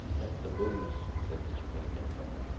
that's the boose, said mr. cunningham firmly.